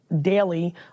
daily